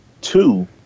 Two